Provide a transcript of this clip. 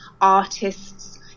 artists